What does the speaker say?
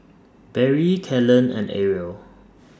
Barrie Kalyn and Arielle